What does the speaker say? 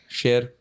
share